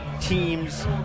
teams